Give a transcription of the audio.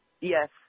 Yes